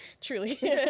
truly